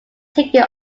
taken